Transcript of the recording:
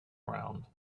round